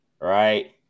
Right